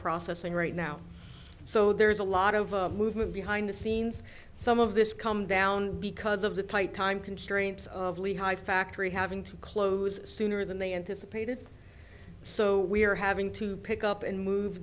processing right now so there's a lot of movement behind the scenes some of this come down because of the tight time constraints of lehi factory having to close sooner than they anticipated so we're having to pick up and move